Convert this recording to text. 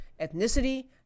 ethnicity